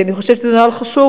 כי אני חושבת שזה נוהל חשוב,